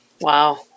Wow